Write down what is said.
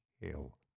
Hill